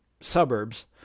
suburbs